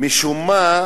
משום מה,